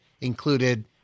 included